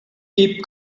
keep